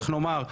איך נאמר,